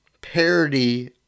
Parody